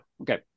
Okay